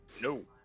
No